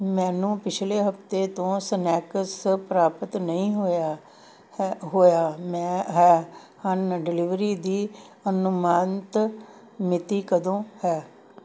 ਮੈਨੂੰ ਪਿਛਲੇ ਹਫ਼ਤੇ ਤੋਂ ਸਨੈਕਸ ਪ੍ਰਾਪਤ ਨਹੀਂ ਹੋਇਆ ਹੈ ਹੋਇਆ ਮੈਂ ਹੈ ਹਨ ਡਿਲੀਵਰੀ ਦੀ ਅਨੁਮਾਨਿਤ ਮਿਤੀ ਕਦੋਂ ਹੈ